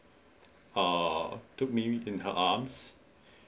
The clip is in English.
err took me into her arms